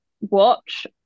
watch